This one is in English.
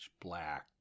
black